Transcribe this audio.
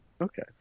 Okay